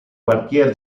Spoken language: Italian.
quartier